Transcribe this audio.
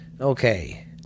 Okay